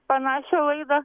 panašią laidą